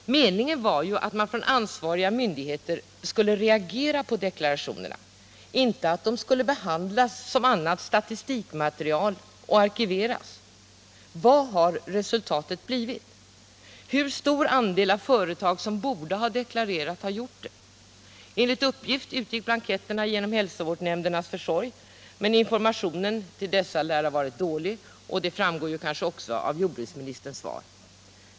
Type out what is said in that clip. Meningen var ju att ansvariga myndigheter skulle reagera på deklarationerna — inte att de skulle behandlas som annat statistikmaterial och arkiveras. Vad har resultatet blivit? Hur stor andel av företag som borde ha deklarerat har gjort det? Enligt uppgift utgick blanketterna genom hälsovårdsnämndernas försorg, men informationen till dessa lär ha varit dålig, och det framgår kanske också av jordbruksministerns svar.